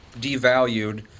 devalued